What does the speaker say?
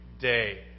day